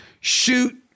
shoot